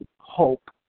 hope